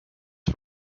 for